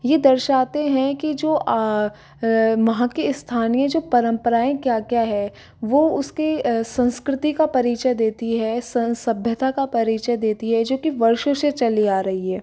ये दर्शाते हैं कि जो वहाँ के स्थानीय जो परंपराएँ क्या क्या हैं वो उसकी संस्कृति का परिचय देती है सं सभ्यता का परिचय देती है जो कि वर्षों से चली आ रही है